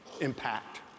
impact